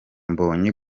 mbonyi